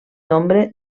nombre